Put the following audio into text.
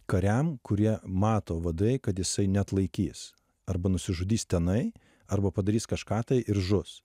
kariam kurie mato vadai kad jisai neatlaikys arba nusižudys tenai arba padarys kažką tai ir žus